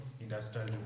industrial